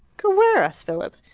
go where? asked philip,